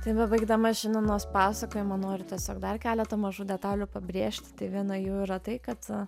tai bebaigdama šiandienos pasakojimą noriu tiesiog dar keletą mažų detalių pabrėžti tai viena jų yra tai kad